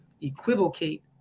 equivocate